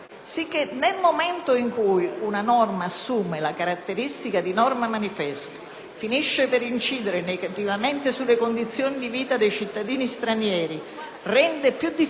finisce per incidere negativamente sulle condizioni di vita dei cittadini stranieri, rende più difficoltose le condizioni di vita dei cittadini italiani. Tutti gli enti preposti a